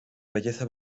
belleza